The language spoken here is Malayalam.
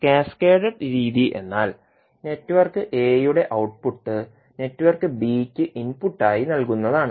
കാസ്കേഡഡ് രീതി എന്നാൽ നെറ്റ്വർക്ക് എയുടെ ഔട്ട്പുട്ട് നെറ്റ്വർക്ക് ബിയ്ക്ക് ഇൻപുട്ടായി നൽകുന്നതാണ്